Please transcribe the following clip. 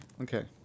Okay